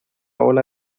ola